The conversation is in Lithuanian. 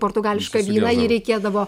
portugališką vyną jį reikėdavo